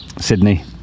sydney